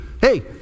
Hey